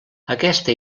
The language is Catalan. aquesta